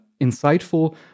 insightful